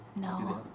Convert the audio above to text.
No